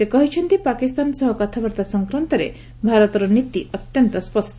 ସେ କହିଛନ୍ତି ପାକିସ୍ତାନ ସହ କଥାବାର୍ତ୍ତା ସଂକ୍ରାନ୍ତରେ ଭାରତର ନୀତି ଅତ୍ୟନ୍ତ ସ୍ୱଷ୍ଟ